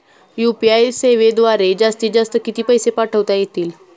UPI सेवेद्वारे जास्तीत जास्त किती पैसे पाठवता येतील?